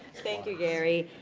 thank you, gary.